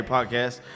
Podcast